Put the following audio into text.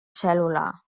cèl·lula